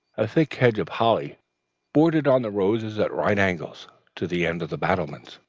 a thick hedge of holly bordered on the roses at right angles to the end of the battlements